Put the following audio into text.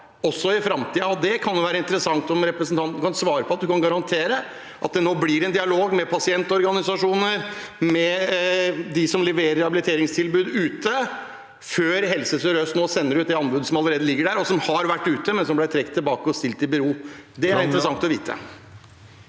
også i framtiden? Det kan det jo være interessant om representanten kan svare på at man kan garantere, og at det nå blir en dialog med pasientorganisasjonene og dem som leverer rehabiliteringstilbud, før Helse sør-øst nå sender ut det anbudet som allerede ligger der, og som har vært ute, men som ble trukket tilbake og stilt i bero. Det hadde vært interessant å vite.